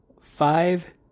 five